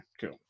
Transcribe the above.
cool